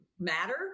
matter